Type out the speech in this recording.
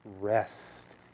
rest